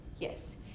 yes